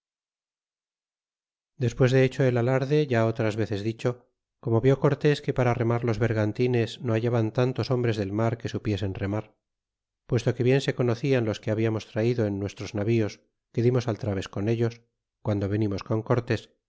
despues de hecho el alarde ya otras veces dicho como vió cortés que para remar los vergantines no hallaban tantos hombres del mar que supiesen remar puesto que bien se conoclan los que hablamos traido en nuestros navíos que dimos al traves con ellos guando venimos con cortés